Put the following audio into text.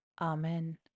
Amen